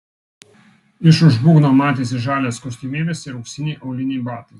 iš už būgno matėsi žalias kostiumėlis ir auksiniai auliniai batai